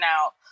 out